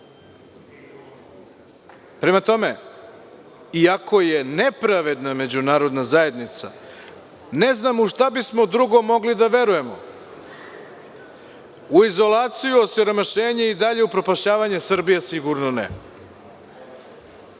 Boga. Prema tome, iako je nepravedna međunarodna zajednica, ne znamo u šta bismo drugo mogli da verujemo. U izolaciju, osiromašenje i dalje upropašćavanje Srbije, sigurno ne.